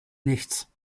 nichts